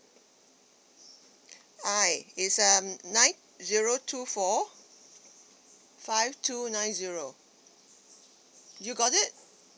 aye is um nine zero two four five two nine zero you got it